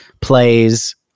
plays